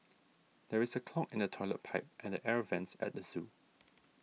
there is a clog in the Toilet Pipe and Air Vents at the zoo